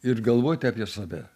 ir galvoti apie save